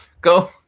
go